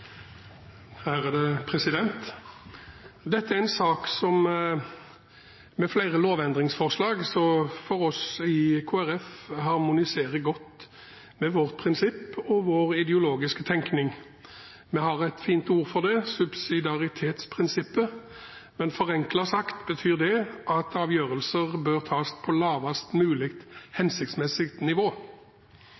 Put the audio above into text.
Dette er en sak med flere lovendringsforslag som for oss i Kristelig Folkeparti harmoniserer godt med vårt prinsipp og vår ideologiske tenkning. Vi har et fint ord for det: subsidiaritetsprinsippet, som forenklet sagt betyr at avgjørelser bør tas på lavest mulig